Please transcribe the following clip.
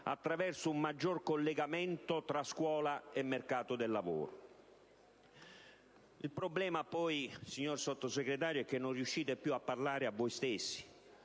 attraverso un maggiore collegamento tra scuola e mercato del lavoro. Il problema poi, signor Sottosegretario, è che non riuscite più a parlare a voi stessi